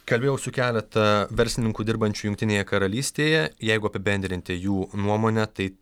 kalbėjau su keletą verslininkų dirbančių jungtinėje karalystėje jeigu apibendrinti jų nuomonę tai